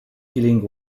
killing